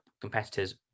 competitors